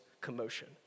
commotion